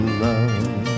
love